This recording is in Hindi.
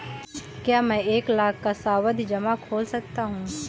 क्या मैं एक लाख का सावधि जमा खोल सकता हूँ?